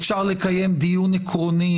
אפשר לקיים דיון עקרוני,